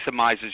maximizes